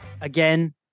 again